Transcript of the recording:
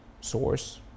Source